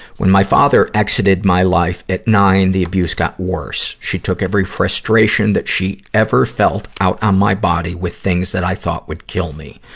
when my father exited my life at nine, the abuse got worse. she took every frustration that she ever felt out on um my body with things that i thought would kill me.